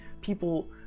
people